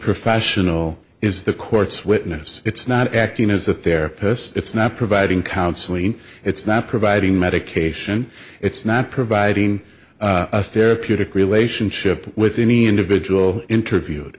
professional is the court's witness it's not acting as a therapist it's not providing counseling it's not providing medication it's not providing a therapeutic relationship with any individual interviewed